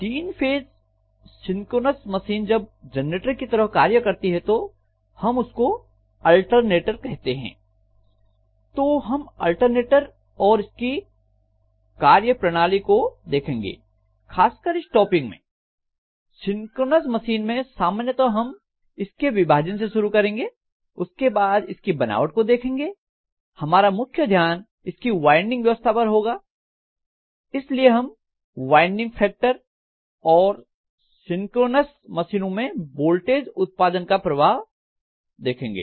तीन phase synchronous machine जब generator की तरह कार्य करती है तो हम उसको अल्टरनेटर कहते हैं तो हम अल्टरनेटर और इसकी कार्यप्रणाली को देखेंगे खासकर इस टॉपिक में सिंक्रोनस मशीन में सामान्यतः हम इसके विभाजन से शुरू करेंगे उसके बाद इसकी बनावट को देखेंगे हमारा मुख्य ध्यान इसकी वाइंडिंग व्यवस्था पर होगा इसलिए हम वाइंडिंग फैक्टर और सिंक्रोनस मशीनों में वोल्टेज उत्पादन का प्रभाव देखेंगे